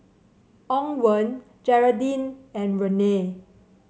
Owen Jeraldine and Renee